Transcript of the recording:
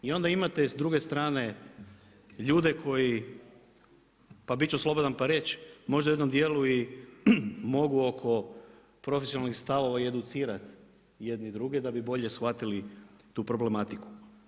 I onda imate s druge strane ljude koji, pa biti ću slobodan pa reći, možda u jednom dijelu mogu oko profesionalnih stavova i educirati jedni druge da bi bolje shvatili tu problematiku.